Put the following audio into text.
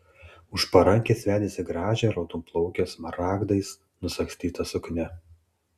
už parankės vedėsi gražią raudonplaukę smaragdais nusagstyta suknia